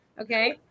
Okay